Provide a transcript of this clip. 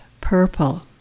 Purple